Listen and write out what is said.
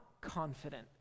confident